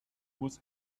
muss